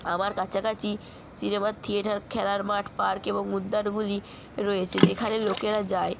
আমার কাছাকাছি সিনেমার থিয়েটার খেলার মাঠ পার্ক এবং উদ্যানগুলি রয়েছে যেখানে লোকেরা যায়